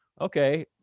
okay